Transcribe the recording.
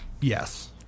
Yes